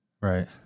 right